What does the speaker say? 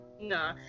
No